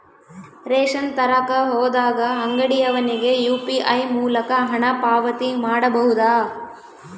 Ration ತರಕ ಹೋದಾಗ ಅಂಗಡಿಯವನಿಗೆ ಯು.ಪಿ.ಐ ಮೂಲಕ ಹಣ ಪಾವತಿ ಮಾಡಬಹುದಾ?